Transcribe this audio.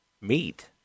meat